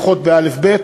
פחות בא' ב'.